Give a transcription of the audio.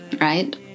right